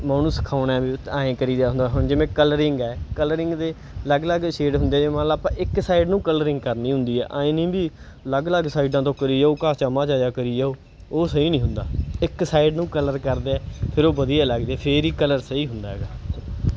ਮੈਂ ਉਹਨੂੰ ਸਿਖਾਉਂਦਾ ਵੀ ਐਂ ਕਰੀਦਾ ਹੁੰਦਾ ਹੁਣ ਜਿਵੇਂ ਕਲਰਿੰਗ ਹੈ ਕਲਰਿੰਗ ਦੇ ਅਲੱਗ ਅਲੱਗ ਸ਼ੇਡ ਹੁੰਦੇ ਨੇ ਮੰਨ ਲਓ ਆਪਾਂ ਇੱਕ ਸਾਈਡ ਨੂੰ ਕਲਰਿੰਗ ਕਰਨੀ ਹੁੰਦੀ ਹੈ ਐਂ ਨਹੀਂ ਵੀ ਅਲੱਗ ਅਲੱਗ ਸਾਈਡਾਂ ਤੋਂ ਕਰੀ ਜਾਉ ਗਾਚਾ ਮਾਚਾ ਜਿਹਾ ਕਰੀ ਜਾਓ ਉਹ ਸਹੀ ਨਹੀਂ ਹੁੰਦਾ ਇੱਕ ਸਾਈਡ ਨੂੰ ਕਲਰ ਕਰਦੇ ਆ ਫਿਰ ਉਹ ਵਧੀਆ ਲੱਗਦੇ ਫੇਰ ਹੀ ਕਲਰ ਸਹੀ ਹੁੰਦਾ ਹੈਗਾ